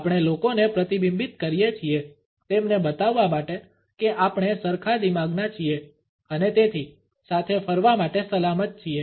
આપણે લોકોને પ્રતિબિંબિત કરીએ છીએ તેમને બતાવવા માટે કે આપણે સરખા દિમાગના છીએ અને તેથી સાથે ફરવા માટે સલામત છીએ